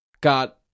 got